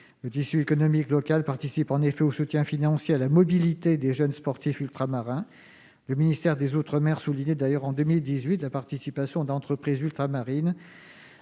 Le tissu économique local participe en effet au soutien financier à la mobilité des jeunes sportifs ultramarins. D'ailleurs, en 2018, le ministère des outre-mer soulignait la participation d'entreprises ultramarines